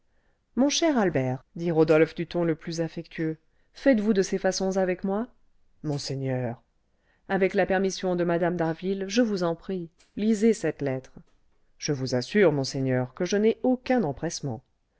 mon cher albert dit rodolphe du ton le plus affectueux faites-vous de ces façons avec moi monseigneur avec la permission de mme d'harville je vous en prie lisez cette lettre je vous assure monseigneur que je n'ai aucun empressement